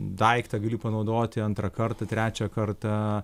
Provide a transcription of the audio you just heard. daiktą gali panaudoti antrą kartą trečią kartą